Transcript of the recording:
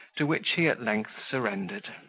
to which he at length surrendered.